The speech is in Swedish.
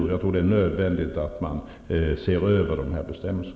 Jag tror att det är nödvändigt att man ser över dessa bestämmelser.